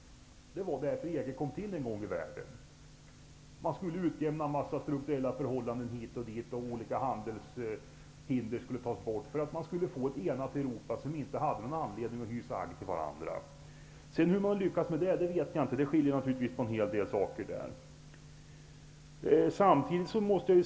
EG bildades i syfte att utjämna en mängd strukturella förhållanden, handelshinder skulle tas bort och ett enat Europa skulle uppnås. På så sätt skulle länderna i Europa inte ha anledning att hyra agg mot varandra. Hur det sedan lyckas beror naturligtvis på en hel del omständigheter.